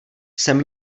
jsem